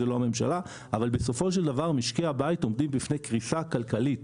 לא הממשלה אבל בסופו של דבר משקי הבית עומדים בפני קריסה כלכלית.